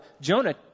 Jonah